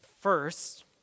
First